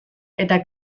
eta